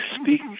speak